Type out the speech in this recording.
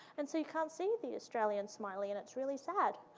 and so you can't see the australian smiley and it's really sad.